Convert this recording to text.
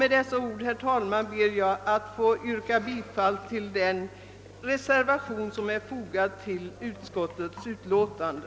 Med dessa ord, herr talman, ber jag att få yrka bifall till den reservation som är fogad till utskottets utiåtande.